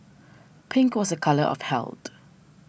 pink was a colour of held